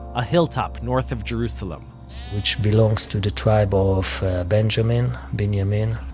a hilltop north of jerusalem which belongs to the tribe of benjamin, binyamin,